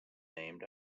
named